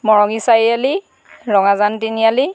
মৰঙী চাৰিআলি ৰঙাজান তিনিআলি